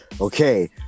Okay